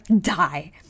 die